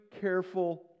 careful